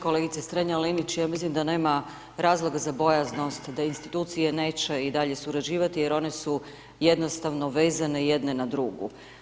Kolegice Strenja Linić, ja mislim da nema razloga za bojaznost da institucije neće i dalje surađivati jer one su jednostavno vezane jedna na drugu.